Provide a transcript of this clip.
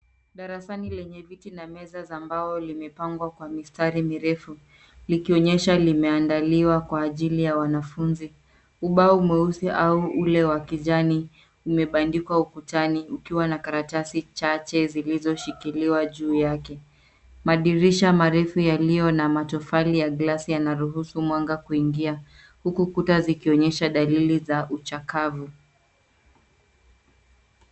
Darasani lenye viti na meza za mbao limepangwa kwa mistari mirefu likionyesha limeandaliwa kwa ajili ya wanafunzi. Ubao mweusi au ule wa kijani umebandikwa ukutani ukiwa na karatasi chache zilizoshikiliwa juu yake. Madirisha marefu yaliyo na matofali ya glass yanaruhusu mwanga kuingia huku kuta zikionyesha dalili za uchakavu.